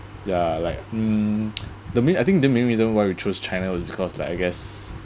ya like mm to me I think the main reason why we choose china was because like I guess